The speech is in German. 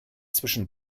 zwischen